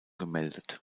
gemeldet